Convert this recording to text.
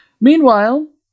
Meanwhile